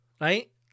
Right